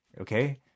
Okay